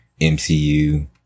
MCU